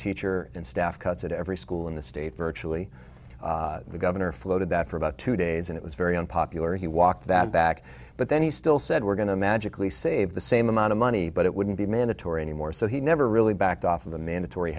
teacher and staff cuts at every school in the state virtually the governor floated that for about two days and it was very unpopular he walked that back but then he still said we're going to magically save the same amount of money but it wouldn't be mandatory anymore so he never really backed off of the mandatory